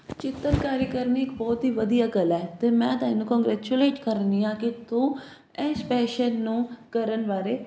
ਚਿੱਤਰਕਾਰੀ ਕਰਨੀ ਬਹੁਤ ਹੀ ਵਧੀਆ ਕਲਾ ਤੇ ਮੈਂ ਤਾ ਇਹਨੂੰ ਕੋਂਗਰੈਕਚੁਲੇਟ ਕਰਨੀ ਆ ਕਿ ਤੂੰ ਇਹ ਸਪੈਸ਼ਲ ਨੂੰ ਕਰਨ ਬਾਰੇ